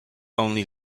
only